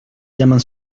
llaman